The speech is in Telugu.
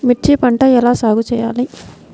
మిర్చి పంట ఎలా సాగు చేయాలి?